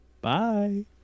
Bye